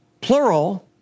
plural